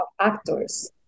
actors